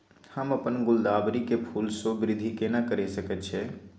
हम अपन गुलदाबरी के फूल सो वृद्धि केना करिये सकेत छी?